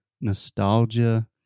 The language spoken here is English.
nostalgia